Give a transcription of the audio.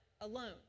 alone